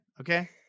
okay